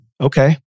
Okay